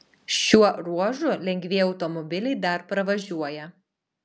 šiuo ruožu lengvieji automobiliai dar pravažiuoja